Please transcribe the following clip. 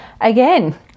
again